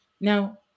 Now